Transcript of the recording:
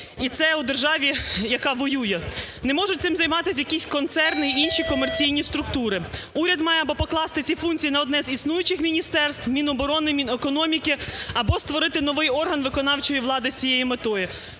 І це у державі, яка воює. Не можуть цим займатися якісь концерни і інші комерційні структури, уряд має або покласти ці функції на одне з існуючих міністерств: Міноборони, Мінекономіки, або створити новий орган виконавчої влади з цією метою,